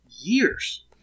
years